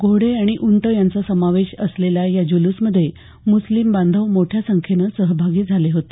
घोडे उंट यांचा समावेश असलेल्या या जुलूसमध्ये मुस्लिम बांधव मोठ्या संख्येनं सहभागी झाले होते